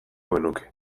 genuke